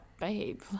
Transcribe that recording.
babe